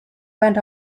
went